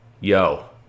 Yo